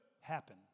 happen